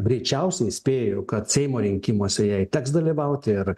greičiausiai spėju kad seimo rinkimuose jai teks dalyvauti ir